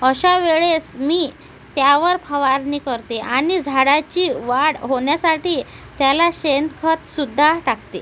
अशा वेळेस मी त्यावर फवारणी करते आणि झाडाची वाढ होण्यासाठी त्याला शेणखतसुद्धा टाकते